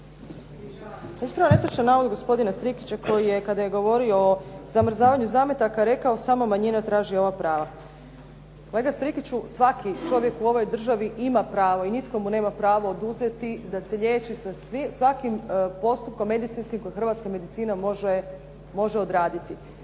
Ispravljam netočan navod gospodina Strikića koji je, kada je govorio o zamrzavanju zametaka rekao samo manjina traži ova prava. Kolega Strikiću svaki čovjek u ovoj državi ima pravo i nitko mu nema pravo oduzeti da se liječi sa svakim postupkom medicinskim koji hrvatska medicina može odraditi.